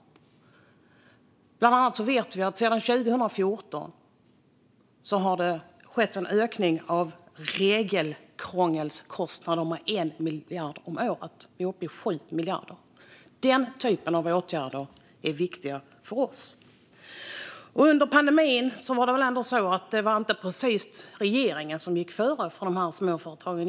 Vi vet bland annat att det sedan 2014 har skett en ökning av regelkrångelskostnaderna med 1 miljard om året, och de är nu uppe i 7 miljarder. Den typen av åtgärder är viktiga för oss. Under pandemin var det inte precis regeringen som gick före för de små företagen.